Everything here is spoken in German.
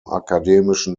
akademischen